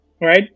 Right